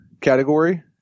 category